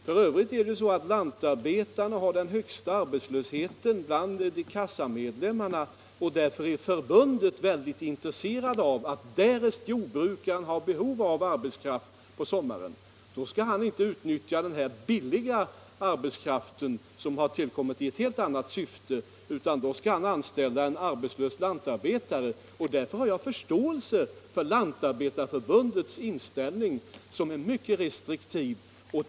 F. ö. är det så att lantarbetarna har den högsta arbetslösheten bland kassamedlemmarna, och därför är Lantarbetareförbundet väldigt intresserat av att därest jordbrukaren har behov av arbetskraft på sommaren skall han inte utnyttja den här billiga arbetskraften, som har tillkommit i ett helt annat syfte, utan då skall han anställa en arbetslös lantarbetare. Mot denna bakgrund har jag förståelse för Lantarbetareförbundets inställning, som är mycket restriktiv.